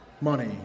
money